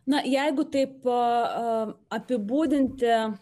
na jeigu taip po apibūdinti